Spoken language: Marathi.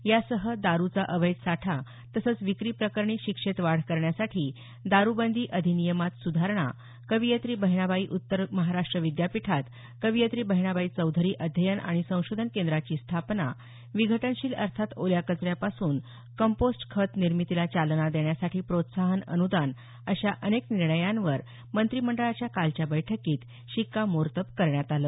यासह दारुचा अवैध साठा तसंच विक्री प्रकरणी शिक्षेत वाढ करण्यासाठी दारुबंदी अधिनियमात सुधारणा कवयित्री बहिणाबाई उत्तर महाराष्ट्र विद्यापीठात कवयित्री बहिणाबाई चौधरी अध्ययन आणि संशोधन केंद्राची स्थापना विघटनशील अर्थात ओल्या कचऱ्यापासून कंपोस्ट खत निर्मितीला चालना देण्यासाठी प्रोत्साहन अनुदान अशा अनेक निर्णयांवर मंत्रिमंडळाच्या कालच्या बैठकीत शिक्कामोर्तब करण्यात आलं